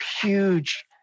huge